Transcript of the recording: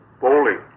bowling